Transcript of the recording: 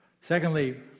Secondly